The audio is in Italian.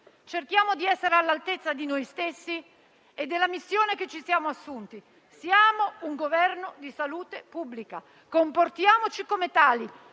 Cerchiamo di essere all'altezza di noi stessi e della missione che ci siamo assunti. Siamo un Governo di salute pubblica; comportiamoci come tali.